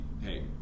hey